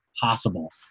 possible